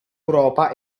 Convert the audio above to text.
europa